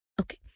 Okay